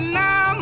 now